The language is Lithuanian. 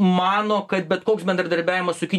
mano kad bet koks bendradarbiavimas su kinija